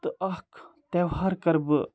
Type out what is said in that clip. تہٕ اَکھ تہوار کَرٕ بہٕ